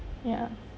ya